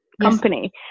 company